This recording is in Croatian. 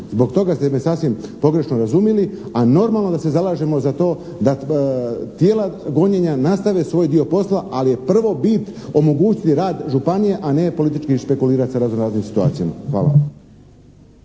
Zbog toga ste me sasvim pogrešno razumjeli a normalno da se zalažemo za to da tijela gonjenja nastave svoj dio posla ali je prvo bit omogućiti rad županije a ne politički špekulirati sa razno-raznim situacijama. Hvala.